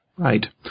Right